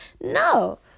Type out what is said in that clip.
No